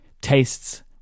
tastes